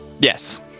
Yes